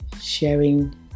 sharing